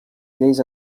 lleis